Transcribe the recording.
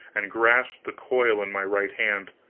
and grasped the coil in my right hand.